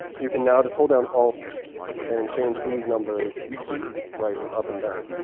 you can now just hold down alt and change these numbers just right with up and down.